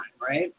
right